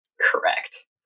correct